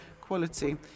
quality